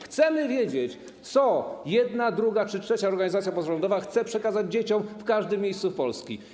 Chcemy wiedzieć, co jedna, druga czy trzecia organizacja pozarządowa chce przekazać dzieciom w każdym miejscu Polski.